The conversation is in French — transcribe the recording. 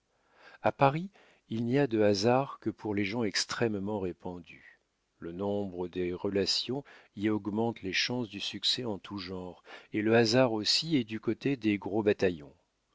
a paris il n'y a de hasard que pour les gens extrêmement répandus le nombre des relations y augmente les chances du succès en tout genre et le hasard aussi est du côté des gros bataillons